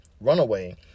Runaway